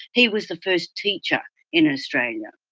he was the first teacher in australia.